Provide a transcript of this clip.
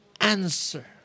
answer